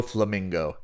Flamingo